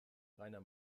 rainer